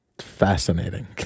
Fascinating